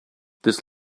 this